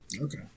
Okay